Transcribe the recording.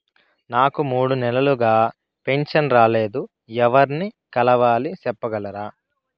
నాకు మూడు నెలలుగా పెన్షన్ రాలేదు ఎవర్ని కలవాలి సెప్పగలరా?